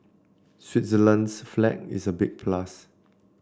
Switzerland's flag is a big plus